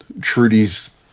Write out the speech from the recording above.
trudy's